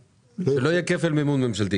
לא יהיה כפל מימון ממשלתי.